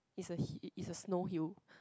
is a hi~ is the snow hill